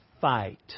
fight